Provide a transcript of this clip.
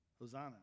Hosanna